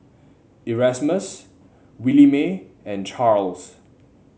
Erasmus Williemae and Charls